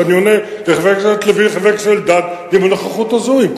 שאני עונה לחבר הכנסת לוין ולחבר הכנסת אלדד בנוכחות הזאת,